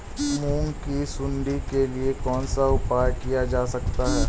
मूंग की सुंडी के लिए कौन सा उपाय किया जा सकता है?